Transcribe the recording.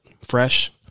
fresh